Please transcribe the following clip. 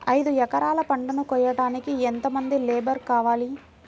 ఐదు ఎకరాల పంటను కోయడానికి యెంత మంది లేబరు కావాలి?